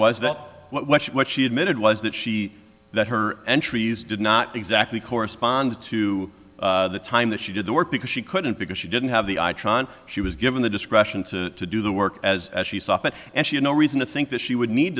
was that what she admitted was that she that her entries did not exactly correspond to the time that she did the work because she couldn't because she didn't have the i try she was given the discretion to do the work as she saw fit and she had no reason to think that she would need